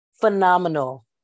phenomenal